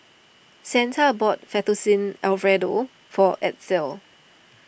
Santa bought Fettuccine Alfredo for Edsel